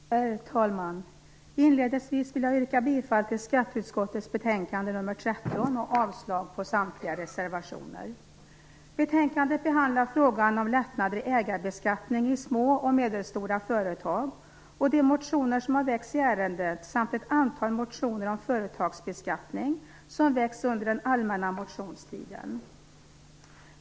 Herr talman! Inledningsvis vill jag yrka bifall till skatteutskottets hemställan i betänkande nr 13 och avslag på samtliga reservationer. Betänkandet behandlar propositionen Lättnader i ägarbeskattning i små och medelstora företag och de motioner som har väckts i ärendet samt ett antal motioner om företagsbeskattning som väckts under den allmänna motionstiden.